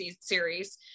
series